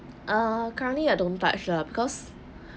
err currently I don't touch lah because